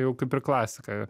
jau kaip ir klasika